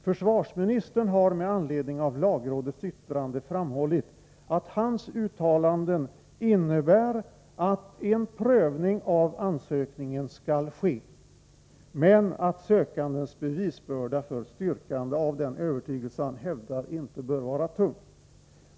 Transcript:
Försvarsministern har med anledning av lagrådets yttrande framhållit att hans uttalande innebär att en prövning av ansökningen skall ske men att sökandens bevisbörda för styrkande av den övertygelse han hävdar inte bör vara tung.